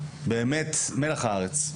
מלח הארץ,